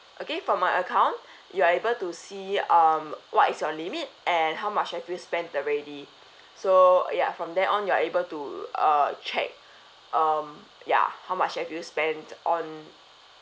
okay from my account you are able to see um what is your limit and how much have you spent already so ya from there on you are able to uh check um ya how much have you spent on